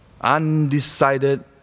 undecided